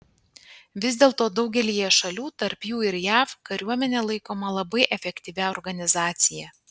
vis dėlto daugelyje šalių tarp jų ir jav kariuomenė laikoma labai efektyvia organizacija